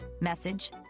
message